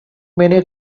many